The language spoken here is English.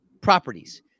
properties